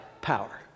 power